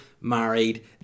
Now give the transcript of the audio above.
married